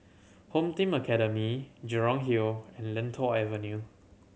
Home Team Academy Jurong Hill and Lentor Avenue